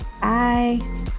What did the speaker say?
Bye